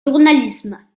journalisme